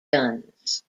guns